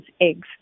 eggs